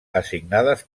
assignades